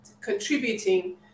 contributing